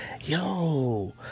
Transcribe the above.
yo